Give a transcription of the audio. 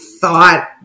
thought